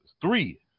Three